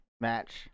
match